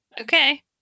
Okay